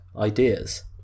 ideas